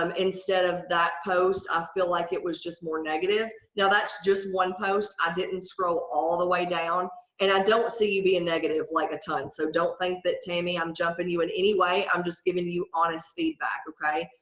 um instead of that post i feel like it was just more negative. now, that's just one post i didn't scroll all the way down and i don't see you be a negative like a ton. so don't think that tammy i'm jumping you in anyway. i'm just giving you honest feedback, okay?